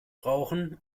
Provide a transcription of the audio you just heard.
brauchen